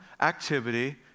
activity